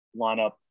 lineup